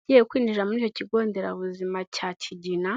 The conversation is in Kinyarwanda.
ugiye kwinjira muri icyo kigo nderabuzima cya kigina.